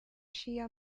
shia